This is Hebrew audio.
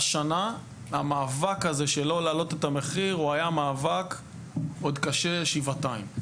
השנה המאבק הזה של לא להעלות את המחיר הוא היה מאבק עוד קשה שבעתיים.